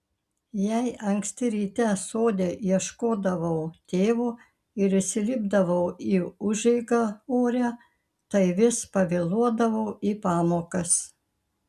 jei anksti ryte sode ieškodavau tėvo ir įsilipdavau į užeigą ore tai vis pavėluodavau į pamokas